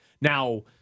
Now